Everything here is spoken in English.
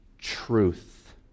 truth